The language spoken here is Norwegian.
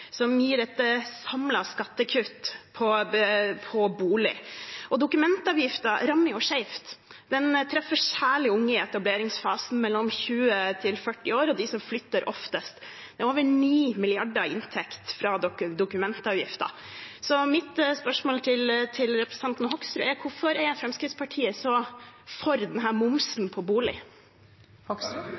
som gir et samlet skattekutt på bolig. Dokumentavgiften rammer skjevt, den treffer særlig unge i etableringsfasen mellom 20 år og 40 år og dem som flytter oftest. Det er over 9 mrd. kr i inntekt fra dokumentavgiften. Mitt spørsmål til representanten Hoksrud er: Hvorfor er Fremskrittspartiet for denne momsen på bolig?